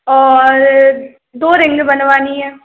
और दो रिंग बनवानी है